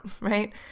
right